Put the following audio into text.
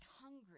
hungry